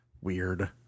weird